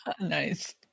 Nice